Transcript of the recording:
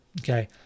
okay